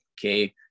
okay